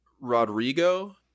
Rodrigo